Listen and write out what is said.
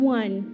one